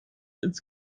ins